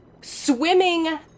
swimming